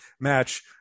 match